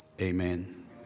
Amen